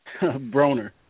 Broner